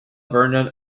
vernon